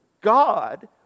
God